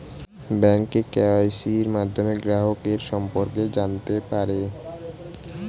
bank কেওয়াইসির মাধ্যমে গ্রাহকের সম্পর্কে জানতে পারে